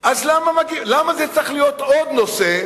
אז למה זה צריך להיות עוד נושא